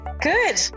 Good